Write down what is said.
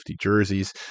jerseys